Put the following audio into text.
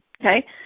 Okay